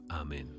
Amen